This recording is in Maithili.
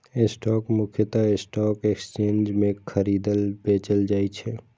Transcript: स्टॉक मुख्यतः स्टॉक एक्सचेंज मे खरीदल, बेचल जाइ छै